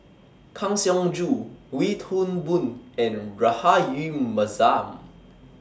Kang Siong Joo Wee Toon Boon and Rahayu Mahzam